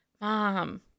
mom